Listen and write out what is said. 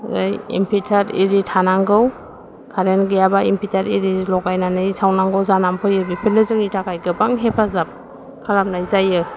ओरै इनभार्टार एरि थानांगौ कारेन्ट गैयाबा इनभार्टार एरि लगायनानै सावनांगौ जानानै फैयो बेफोरनो जोंनि थाखाय गोबां हेफाजाब खालामनाय जायो